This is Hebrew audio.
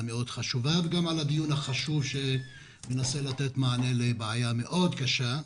מאוד חשובה וגם על הדיון החשוב הזה שמנסה לתת מענה לבעיה מאוד קשה.